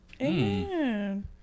Amen